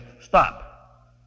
stop